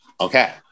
Okay